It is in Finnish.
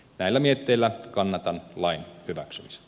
näillä mietteillä kannatan lain hyväksymistä